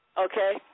Okay